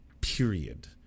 period